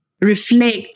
reflect